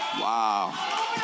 Wow